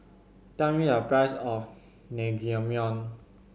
tell me a price of Naengmyeon